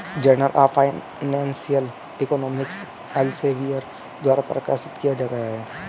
journal of financial economics Elsevier द्वारा प्रकाशित किया गया हैं